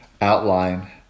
outline